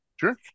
Sure